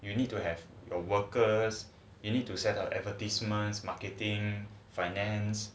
you need to have err workers you need to set up advertisements marketing finance